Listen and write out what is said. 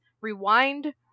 rewind